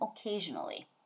occasionally